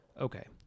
Okay